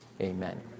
Amen